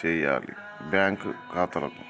చేయాలి బ్యాంకు ఖాతాకు?